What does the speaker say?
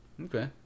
Okay